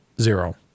Zero